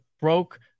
broke